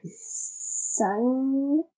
Sun